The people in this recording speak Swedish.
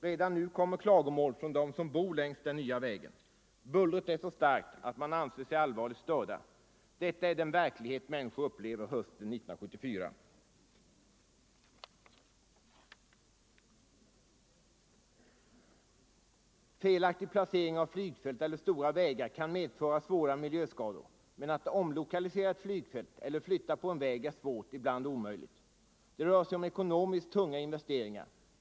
Redan nu kommer klagomål från dem som bor längs den nya vägen. Bullret är så starkt att man anser sig allvarligt störd. Detta är den verklighet som människor upplever hösten 1974. Felaktig placering av flygfält eller stora vägar kan medföra svåra miljöskador. Men att omlokalisera ett flygfält eller flytta på en väg är svårt - ibland omöjligt. Det rör sig om ekonomiskt tunga investeringar.